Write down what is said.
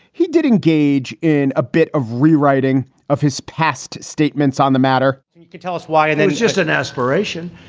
he did engage in a bit of rewriting of his past statements on the matter. and you can tell us why and then it's just an aspiration.